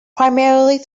primarily